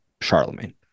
Charlemagne